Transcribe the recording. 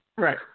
Right